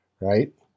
right